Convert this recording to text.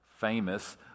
famous